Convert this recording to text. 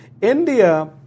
India